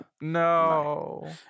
No